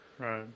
Right